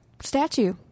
statue